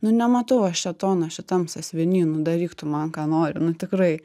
nu nematau aš šėtono šitam sąsiuviny nu daryk tu man ką nori nu tikrai